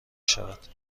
شود